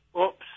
oops